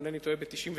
אם אינני טועה ב-1996